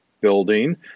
building